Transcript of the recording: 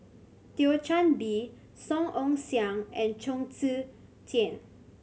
Thio Chan Bee Song Ong Siang and Chong Tze Chien